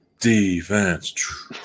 Defense